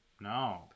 no